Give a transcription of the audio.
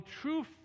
true